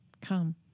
come